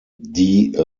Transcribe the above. die